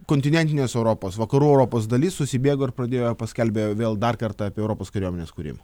kontinentinės europos vakarų europos dalis susibėgo ir pradėjo paskelbė vėl dar kartą apie europos kariuomenės kurimą